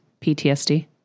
PTSD